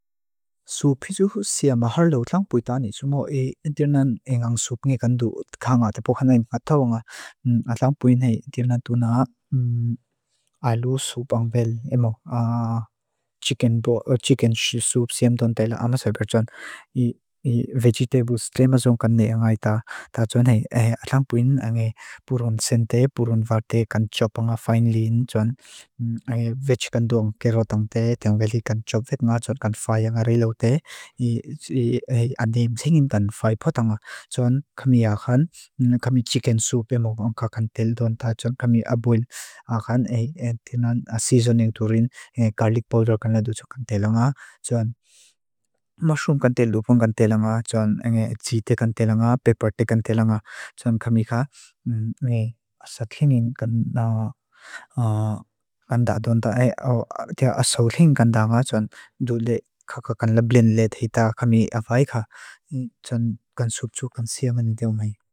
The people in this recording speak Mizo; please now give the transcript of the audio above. Su pijuhusia maharlou langpuitani. Su mo i dìrnan engang súp ngi kandu kaha nga, tepo khanai mga toa nga. Alangpuin hei, dìrnan duna ailu súp ang vel emo chicken soup siem ton tela. Amasai per txuan i vejitebu strema zon kanne ang aita. Ta txuan hei, alangpuin ang hei puron sente, puron varte, kan txop anga fain lin. Txuan i vej kandu ang kerotang te, teng veli kan txop vek nga, txon kan faya nga rilau te. I adim singin kan fay pota nga. Txuan kami ahan, kami chicken soup emo ka kandela dun. Ta txuan kami abuin ahan, eh dìrnan seasoning turin, engi garlic powder kan la du txok kandela nga. Txuan mushroom kandela, lupon kandela nga. Txuan engi chete kandela nga, peperte kandela nga. Txuan kami ahan, asa tingin kandela nga. Asa tingin kandela nga, txuan du lé kakakandela blin lé teita kami ahai ka. Txuan kan soup chup, kan sia mani tewa ngay.